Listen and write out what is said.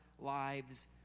lives